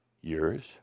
years